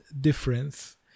difference